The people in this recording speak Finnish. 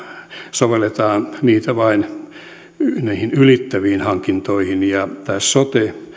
sovelletaan vain kynnysarvot ylittäviin hankintoihin ja tämä sote